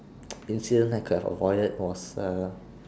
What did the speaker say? incident that I could have avoided was uh